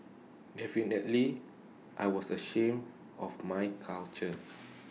definitely I was ashamed of my culture